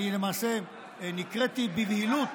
למעשה נקראתי בבהילות